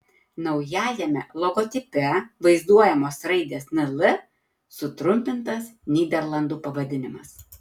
naujajame logotipe vaizduojamos raidės nl sutrumpintas nyderlandų pavadinimas